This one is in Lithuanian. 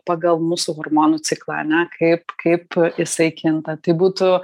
pagal mūsų hormonų ciklą ane kaip kaip jisai kinta tai būtų